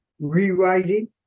Rewriting